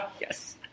yes